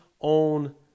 own